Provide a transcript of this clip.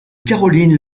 caroline